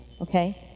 okay